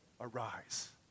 Arise